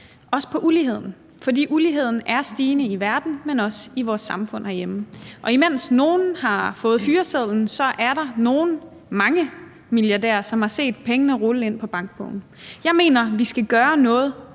også på uligheden. For uligheden er stigende i verden, men også i vores samfund herhjemme, og imens nogle har fået en fyreseddel, er der nogle mangemilliardærer, som har set pengene rulle ind på bankbogen. Jeg mener, at vi skal gøre noget